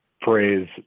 praise